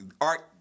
Art